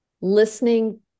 listening